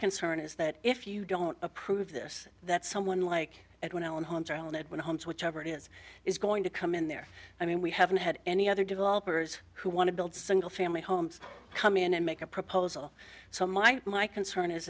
concern is that if you don't approve this that someone like it when alan holmes or alan edwin holmes whichever it is is going to come in there i mean we haven't had any other developers who want to build single family homes come in and make a proposal so my my concern is